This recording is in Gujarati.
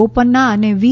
બોપન્ના અને વી